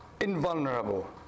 invulnerable